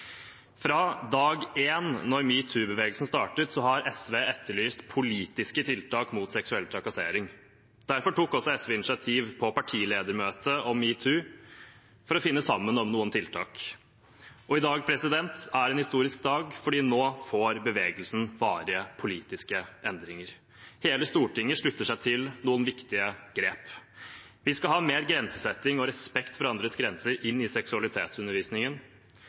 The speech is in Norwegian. Fra dag én da metoo-bevegelsen startet, har SV etterlyst politiske tiltak mot seksuell trakassering. Derfor tok SV på et partiledermøte om metoo initiativ til å finne sammen om noen tiltak. Og dagen i dag er en historisk dag, for nå får bevegelsen varige, politiske endringer. Hele Stortinget slutter seg til noen viktige grep. Vi skal ha mer grensesetting og respekt for andres grenser inn i